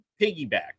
piggyback